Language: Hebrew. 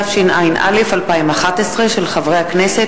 התשע”א 2011, מאת חברת הכנסת